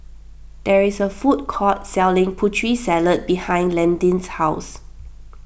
there is a food court selling Putri Salad behind Landin's house